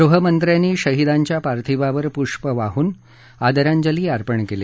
गृहमंत्र्यांनी शहिदांच्या पार्थिवावर पुष्प वाहून आदरांजली अर्पण केली